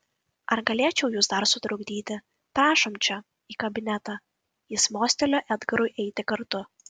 ar galėčiau jus dar sutrukdyti prašom čia į kabinetą jis mostelėjo edgarui eiti kartu